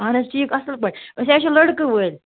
اَہَن حظ ٹھیٖک اَصٕل پٲٹھۍ أسۍ حظ چھِ لٔڑکہٕ وٲلۍ